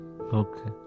okay